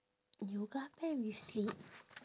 yoga pant with slit